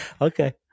Okay